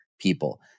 people